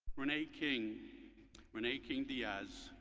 renee king renee king diaz,